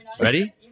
Ready